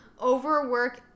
Overwork